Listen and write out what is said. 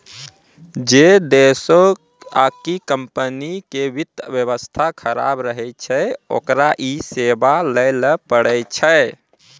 जै देशो आकि कम्पनी के वित्त व्यवस्था खराब रहै छै ओकरा इ सेबा लैये ल पड़ै छै